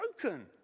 Broken